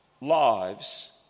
lives